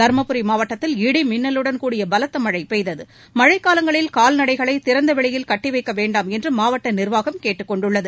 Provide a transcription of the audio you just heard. தரும்புரி மாவட்டத்தில் இடி மின்னலுடன் கூடிய பலத்த மழை பெய்தது மழைக் காலங்களில் கால்நடைகளை திறந்தவெளியில் கட்டி வைக்க வேண்டாம் என்று மாவட்ட நிர்வாகம் கேட்டுக்கொண்டுள்ளது